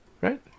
right